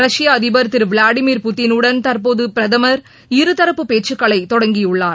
ரஷ்ப அதிபர் திருவிளாடிமிர் புட்டினுடன் தற்போதுபிரதமர் இருதரப்பு பேச்சுக்களைதொடங்கியுள்ளார்